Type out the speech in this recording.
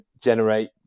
generate